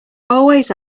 always